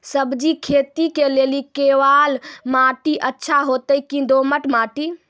सब्जी खेती के लेली केवाल माटी अच्छा होते की दोमट माटी?